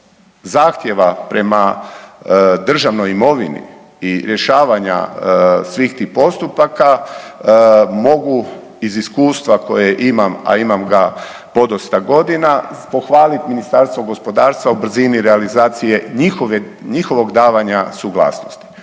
zahtjeva prema državnoj imovini i rješavanja svih tih postupaka, mogu iz iskustva koje imam, a imam ga podosta godina, pohvalit Ministarstvo gospodarstva u brzini realizacije njihovog davanja suglasnosti.